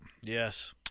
Yes